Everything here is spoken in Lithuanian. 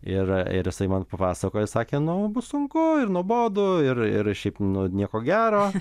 ir ir jisai man papasakojo sakė nu bus sunku ir nuobodu ir ir šiaip nu nieko gero